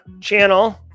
channel